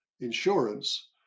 insurance